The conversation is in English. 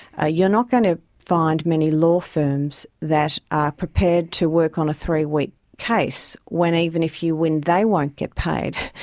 ah you're not going to find many law firms that are prepared to work on a three-week case when even if you win they won't get paid.